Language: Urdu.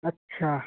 اچھا